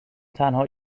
تنها